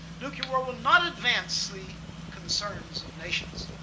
nuclear war will not advance the concerns of nations.